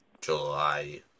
July